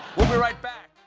we'll be right back